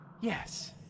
Yes